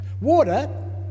Water